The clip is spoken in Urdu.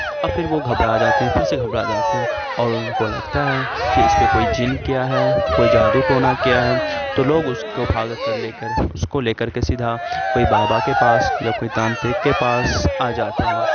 تو اب پھر وہ گھبرا جاتے ہیں پھر سے گھبرا جاتے ہیں اور ان کو لگتا ہے کہ اس پہ کوئی جن کیا ہے کوئی جادو ٹونا کیا ہے تو لوگ اس کو بھاگ کر لے کر اس کو لے کر کے سیدھا کوئی بابا کے پاس یا کوئی تانترک کے پاس آ جاتے ہیں